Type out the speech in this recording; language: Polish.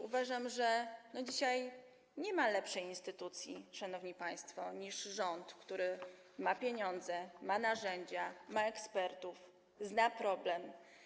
Uważam, że dzisiaj nie ma lepszej instytucji, szanowni państwo, niż rząd, który ma pieniądze, ma narzędzia, ma ekspertów, zna problem.